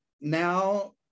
now